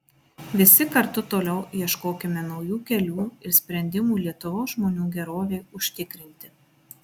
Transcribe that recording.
visi kartu toliau ieškokime naujų kelių ir sprendimų lietuvos žmonių gerovei užtikrinti